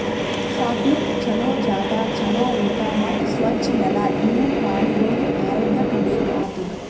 ಸಾಕ್ಲುಕ್ ಛಲೋ ಜಾಗ, ಛಲೋ ಊಟಾ ಮತ್ತ್ ಸ್ವಚ್ ನೆಲ ಇವು ಪ್ರಾಣಿಗೊಳ್ದು ಆರೋಗ್ಯಕ್ಕ ಬೇಕ್ ಆತುದ್